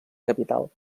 capital